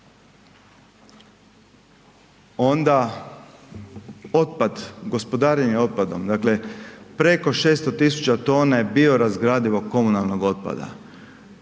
otpad, gospodarenje otpadom, dakle preko 600.000 tona biorazgradivog komunalnog otpada.